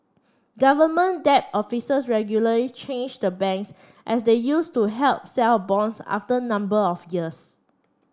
government debt officers regularly change the banks as they use to help sell bonds after a number of years